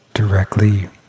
directly